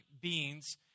beings